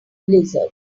blizzard